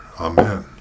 Amen